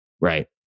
right